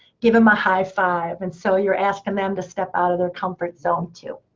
give them a high five. and so, you're asking them them to step out of their comfort zone, too.